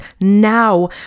now